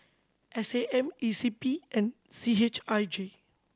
S A M E C P and C H I J